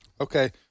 Okay